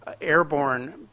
airborne